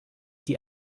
die